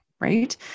right